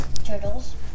Turtles